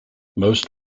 most